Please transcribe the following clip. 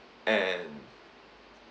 and